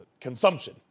consumption